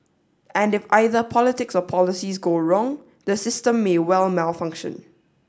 and if either politics or policies go wrong the system may well malfunction